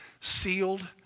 sealed